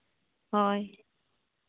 ᱦᱳᱭ